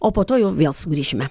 o po to jau vėl sugrįšime